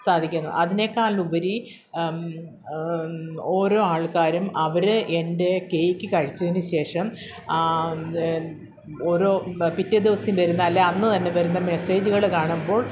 സാധിക്കുന്നു അതിനേക്കാളുപരി ഓരോ ആൾക്കാരും അവർ എൻ്റെ കേക്ക് കഴിച്ചതിനുശേഷം ആ ഓരോ പിറ്റേ ദിവസം വരുന്ന അല്ലെങ്കിൽ അന്നുതന്നെ വരുന്ന മെസ്സേജുകൾ കാണുമ്പോൾ